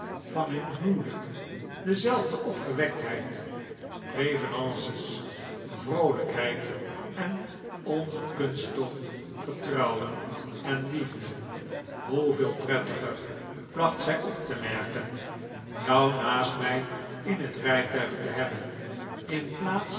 van hun huwelijk dezelfde opgewektheid prevenances vroolijkheid en ongekunsteld vertrouwen en liefde hoeveel prettiger placht zij op te merken jou naast mij in het rijtuig te hebben in plaats